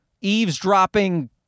eavesdropping